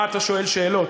מה אתה שואל שאלות?